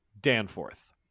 Danforth